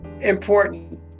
important